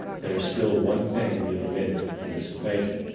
there is still one thing we have omitted from this equation.